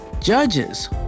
judges